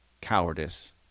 cowardice